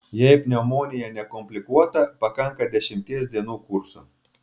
jei pneumonija nekomplikuota pakanka dešimties dienų kurso